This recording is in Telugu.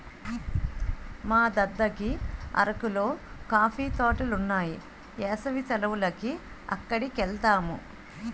మా దద్దకి అరకులో కాఫీ తోటలున్నాయి ఏసవి సెలవులకి అక్కడికెలతాము